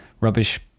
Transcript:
rubbish